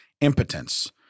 impotence